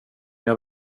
jag